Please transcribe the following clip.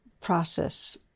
process